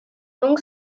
donc